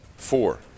Four